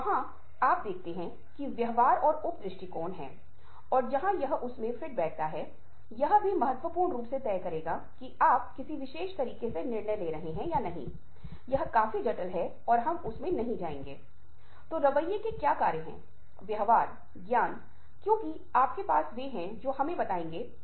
यहां तक कि मुझे लगता है कि मैं एक अच्छा श्रोता हूं लेकिन वास्तव में दक्षता शायद इससे बहुत कम है शायद हम वास्तव में सुनने की तुलना में बहुत अधिक तीव्रता से सुनने में सक्षम हैं हम अपनी हर चीज में सुनने को नहीं फेंकते हैं लेकिन अगर आप ऐसा करते हैं तो शायद हमें इससे बहुत फायदा होगा